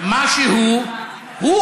מי שעל ראשו נוצה מדבר כך,) כלומר,